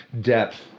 depth